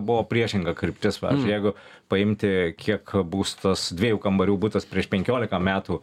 buvo priešinga kryptis jeigu paimti kiek būstas dviejų kambarių butas prieš penkiolika metų